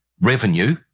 revenue